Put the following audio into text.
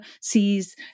sees